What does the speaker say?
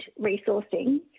resourcing